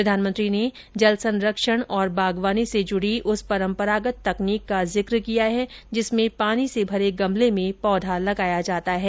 प्रधानमंत्री ने जल संरक्षण और बागवानी से जुड़ी उस परंपरागत तकनीक का जिक्र किया है जिसमें पानी से भरे गमले में पौधा लगाया जाता है